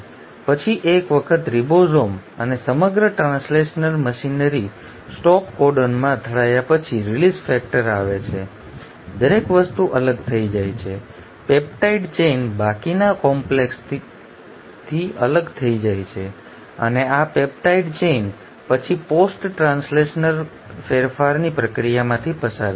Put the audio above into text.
અને પછી એક વખત રિબોસોમ અને સમગ્ર ટ્રાન્સલેશનલ મશીનરી સ્ટોપ કોડોનમાં અથડાય પછી રિલીઝ ફેક્ટર આવે છે દરેક વસ્તુ અલગ થઈ જાય છે પેપ્ટાઈડ ચેઇન બાકીના કોમ્પ્લેક્સથી અલગ થઈ જાય છે અને આ પેપ્ટાઈડ ચેઇન પછી પોસ્ટ ટ્રાન્સલેશનલ ફેરફારની પ્રક્રિયામાંથી પસાર થશે